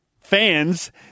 fans